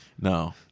No